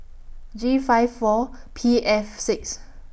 G five four P F six